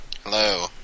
Hello